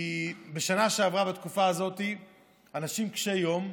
בשנה שעבר בתקופה הזאת אנשים קשי יום,